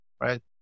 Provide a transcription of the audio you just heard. right